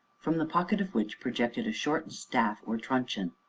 from the pocket of which projected a short staff, or truncheon.